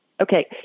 Okay